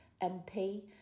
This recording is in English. MP